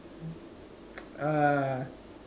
uh